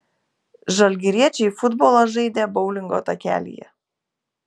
žalgiriečiai futbolą žaidė boulingo takelyje